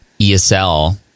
ESL